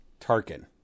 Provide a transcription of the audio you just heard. Tarkin